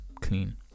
clean